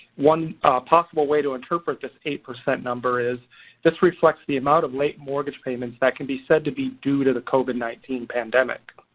one possible way to interpret this eight percent number is this reflects the amount of late mortgage payments that can be said to be due to the covid nineteen pandemic.